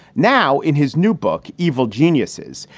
now in his new book, evil geniuses.